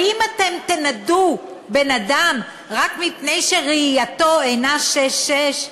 האם אתם תנדו בן-אדם רק מפני שראייתו אינה שש-שש?